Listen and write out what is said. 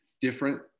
different